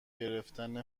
گرفتن